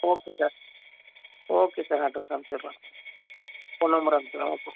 okay sir okay sir address அனுப்பிச்சு விட்றேன் phone number அனுப்பிச்சுட்றேன் ஓகே